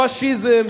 פאשיזם,